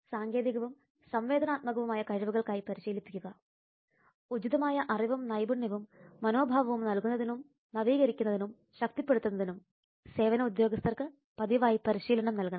സാങ്കേതികവും സംവേദനാത്മകവുമായ കഴിവുകൾക്കായി പരിശീലിപ്പിക്കുക ഉചിതമായ അറിവും നൈപുണ്യവും മനോഭാവവും നൽകുന്നതിനും നവീകരിക്കുന്നതിനും ശക്തിപ്പെടുത്തുന്നതിനും സേവന ഉദ്യോഗസ്ഥർക്ക് പതിവായി പരിശീലനം നൽകണം